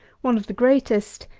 one of the greatest,